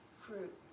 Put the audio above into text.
Fruit